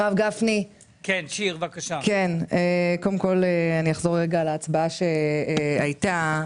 הרב גפני, קודם כול אחזור להצבעה שהייתה.